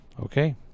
Okay